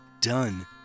done